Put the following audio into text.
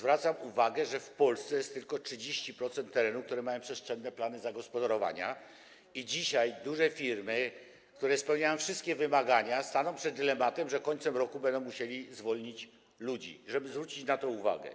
Zwracam uwagę, że w Polsce jest tylko 30% terenów, które mają przestrzenne plany zagospodarowania, i dzisiaj duże firmy, które spełniają wszystkie wymagania, staną przed dylematem, że z końcem roku będą musiały zwolnić ludzi - żeby zwrócić na to uwagę.